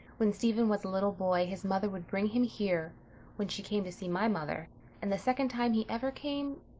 when stephen was a little boy his mother would bring him here when she came to see my mother and the second time he ever came.